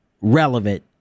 relevant